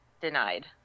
denied